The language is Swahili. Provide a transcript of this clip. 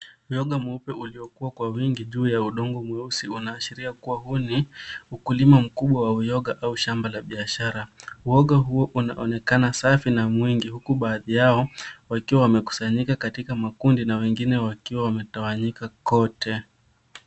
Uyoga mweupe uliokua kwa wingi juu ya udongo mweusi unaashiria kuwa huu ni ukulima mkubwa wa uyoga, au shamba la biashara. Uyoga huo unaonekana safi na mwingi huku baadhi yao wakiwa wamekusanyika katika makundi na wengine wakiwa wametawanyika kote.